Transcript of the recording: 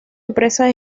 empresas